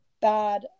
bad